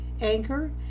Anchor